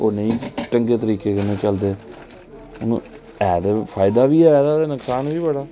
ओह् नेईं ढंगै तरीके दे चलदे ऐ ते फायदा बी ऐ ते नुक्सान बी बड़ा